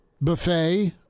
buffet